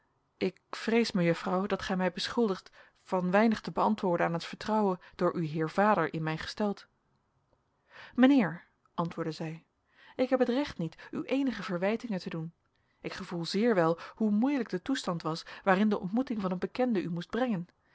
ik vrees mejuffrouw dat gij mij beschuldigt van weinig te beantwoorden aan het vertrouwen door uw heer vader in mij gesteld mijnheer antwoordde zij ik heb het recht niet u eenige verwijtingen te doen ik gevoel zeer wel hoe moeilijk de toestand was waarin de ontmoeting van een bekende u moest brengen